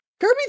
Kirby